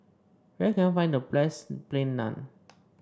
where can I find the best Plain Naan